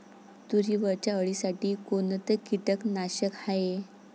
तुरीवरच्या अळीसाठी कोनतं कीटकनाशक हाये?